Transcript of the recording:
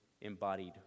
embodied